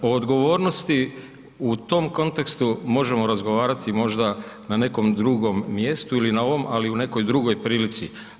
O odgovornosti u tom kontekstu možemo razgovarati možda na nekom drugom mjestu ili na ovom, ali u nekoj drugoj prilici.